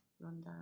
rundown